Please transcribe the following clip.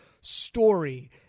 story